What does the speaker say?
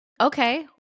okay